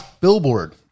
billboard